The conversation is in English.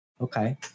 okay